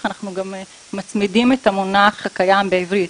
אנחנו גם מצמידים את המונח הקיים בעברית.